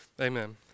Amen